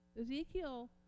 Ezekiel